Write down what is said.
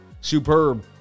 Superb